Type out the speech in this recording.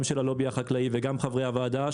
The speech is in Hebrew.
גם של הלובי החקלאי וגם חברי הוועדה,